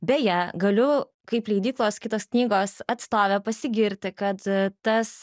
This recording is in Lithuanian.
beje galiu kaip leidyklos kitos knygos atstovė pasigirti kad tas